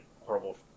horrible